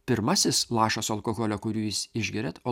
pirmasis lašas alkoholio kurį jūs išgeriat o